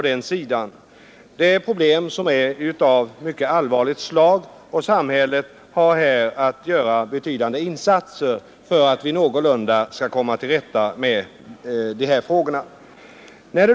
Detta är problem av mycket allvarligt slag, och samhället måste göra mycket betydande insatser för att någorlunda komma till rätta med dessa frågor.